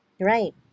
Right